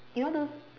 you know those